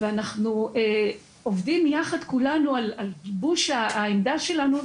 אנחנו עובדים ביחד כולנו על גיבוש העמדה שלנו,